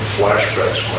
flashbacks